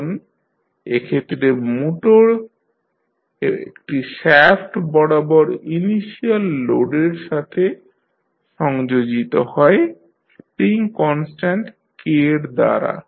এখন এক্ষেত্রে মোটর একটি শ্যাফ্ট বরাবর ইনারশিয়াল লোডের এর সাথে সংযোজিত হয় স্প্রিং কনস্ট্যান্ট K র দ্বারা